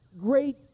great